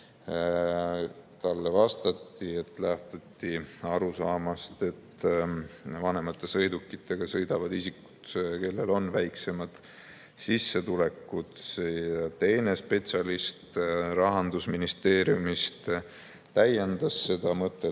Talle vastati, et lähtuti arusaamast, et vanemate sõidukitega sõidavad isikud, kellel on väiksemad sissetulekud. Teine spetsialist Rahandusministeeriumist täiendas seda mõtet,